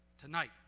tonight